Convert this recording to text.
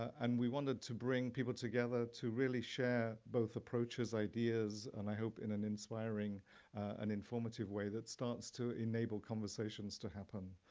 and we wanted to bring people together to really share both approaches, ideas, and i hope in an inspiring and informative way that starts to enable conversations to happen.